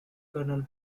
colonel